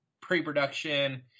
pre-production